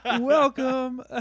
welcome